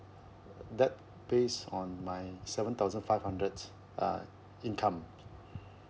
that based on my seven thousand five hundred uh income